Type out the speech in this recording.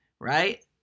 right